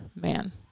man